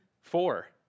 four